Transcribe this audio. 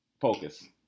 Focus